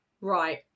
right